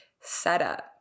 setup